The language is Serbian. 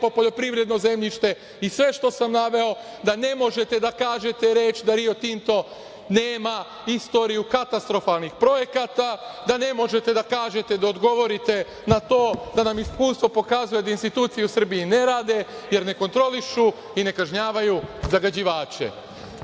po poljoprivredno zemljište, i sve što sam naveo da ne možete da kažete reč da "Rio Tinto" nema istoriju katastrofalnih projekata, da ne možete da kažete, da odgovorite na to da nam iskustvo pokazuje da institucije u Srbiji ne rade, jer ne kontrolišu i ne kažnjavaju zagađivače. Ni